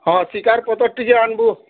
ହଁ ଶିକାର୍ ପତର୍ ଟିକେ ଆନ୍ବୁ